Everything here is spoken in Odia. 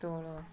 ତଳ